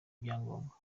ibyangombwa